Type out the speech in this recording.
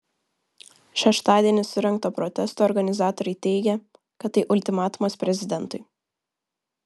šeštadienį surengto protesto organizatoriai teigė kad tai ultimatumas prezidentui